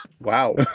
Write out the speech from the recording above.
Wow